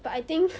but I think